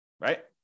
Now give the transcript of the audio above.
Right